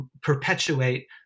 perpetuate